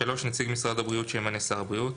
נציג משרד הבריאות שימנה שר הבריאות.